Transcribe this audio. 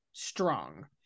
strong